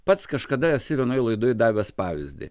pats kažkada esi vienoj laidoj davęs pavyzdį